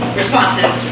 responses